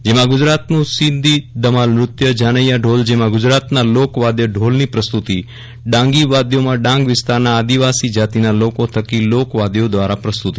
જેમાં ગુજરાતનું સિદ્દી ધમાલ નૃત્ય જાનૈયા ઢોલ જેમાં ગુજરાતના લોકવાઘ ઢોલની પ્રસ્તુતિ ડાંગી વાદ્યોમાં ડાંગ વિસ્તારના આદિવાસી જાતિના લોકો થકી લોકવાઘો દ્વારા પ્રસ્તુતી